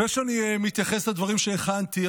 לפני שאני מתייחס לדברים שהכנתי,